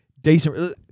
decent